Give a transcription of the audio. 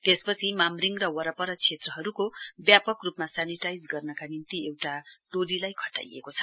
त्यसपछि मामरिङ र वरपर क्षेत्रहरूको व्यापक रूपमा सेनिटाइज गर्नका निम्ति एउटा टोलीलाई खटाइएको छ